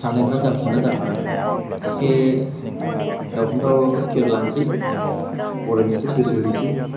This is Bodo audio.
साननायफ्रा जाफुंगोनना जाफुङा इसे गावखौनो गाव खियार लासै फरायनोसै गोसो होनोसै